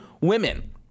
women